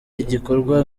igikorwa